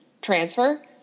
transfer